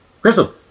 Crystal